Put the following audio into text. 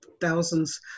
thousands